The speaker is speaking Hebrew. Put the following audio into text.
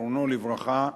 זיכרונו לברכה,